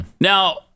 Now